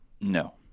No